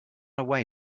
away